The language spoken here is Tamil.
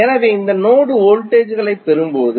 எனவே இந்த நோடு வோல்டேஜ் களைப் பெறும்போது